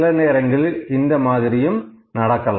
சில நேரங்களில் இந்த மாதிரியும் நடக்கும்